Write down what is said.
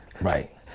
Right